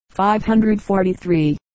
543